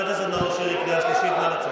אתה מפריע לי עכשיו.